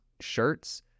shirts